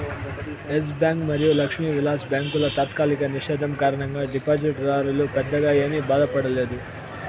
yes bank మరియు లక్ష్మీ విలాస్ బ్యాంకుల తాత్కాలిక నిషేధం కారణంగా డిపాజిటర్లు పెద్దగా ఏమీ బాధపడలేదు